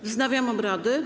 Wznawiam obrady.